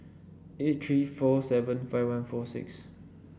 eight three four seven five one four six